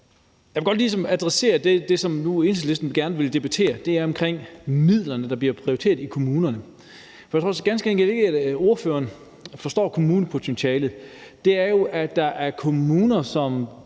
Jeg vil godt adressere det, som Enhedslisten gerne vil debattere, og det er det omkring midlerne, der bliver prioriteret i kommunerne, for jeg tror ganske enkelt ikke, at ordføreren forstår kommunepotentialet. Og det er jo, at der er kommuner, som